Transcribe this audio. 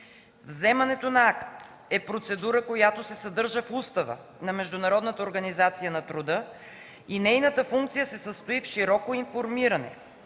Вземането на акт е процедура, която се съдържа в Устава на Международната организация на труда и нейната функция се състои в широко информиране